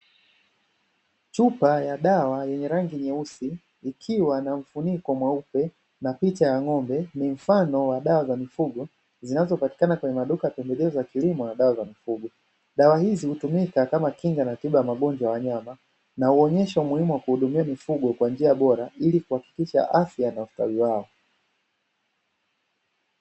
Chupa ya dawa yenye rangi nyeusi ikiwa na mfuniko mweupe na picha ya ng’ombe, ni mfano wa dawa za mifugo zinazopatikana kwenye maduka ya pembejeo za kilimo na dawa za mifugo. Dawa hizi hutumika kama kinga na tiba ya magonjwa ya wanyama, na huonyesha umuhimu wa kuhudumia mifugo kwa njia bora ili kuhakikisha afya na ustawi wao.